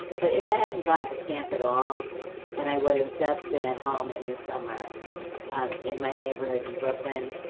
but if i hadn't gone to camp at all and i would have just been at home in the summer um in my neighborhood in brooklyn,